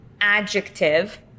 adjective